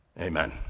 Amen